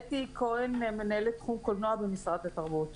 שמי אתי כהן, מנהלת תחום קולנוע במשרד התרבות.